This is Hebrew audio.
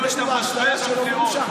איך תתמודד עם האשליה שלא מומשה?